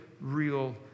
real